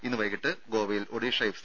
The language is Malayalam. ഇന്ന് വൈകീട്ട് ഗോവയിൽ ഒഡീഷ എഫ്